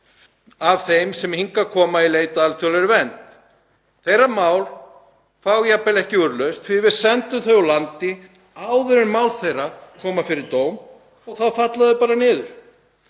hjá þeim sem hingað koma í leit að alþjóðlegri vernd. Þeirra mál fá jafnvel ekki úrlausn því að við sendum þau úr landi áður en mál þeirra koma fyrir dóm og þá falla þau bara niður.